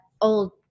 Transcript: old